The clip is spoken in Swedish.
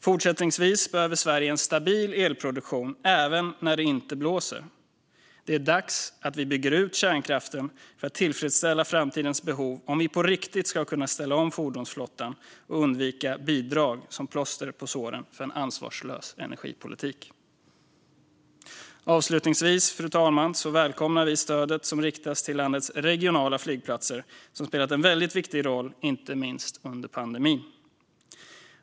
Fortsättningsvis behöver Sverige en stabil elproduktion, även när det inte blåser. Det är dags att bygga ut kärnkraften för att tillfredsställa framtidens behov om vi på riktigt ska kunna ställa om fordonsflottan och undvika bidrag som plåster på såren för en ansvarslös energipolitik. Avslutningsvis, fru talman, välkomnar vi stödet som riktas till landets regionala flygplatser, som spelat en väldigt viktig roll inte minst under pandemin.